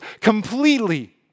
completely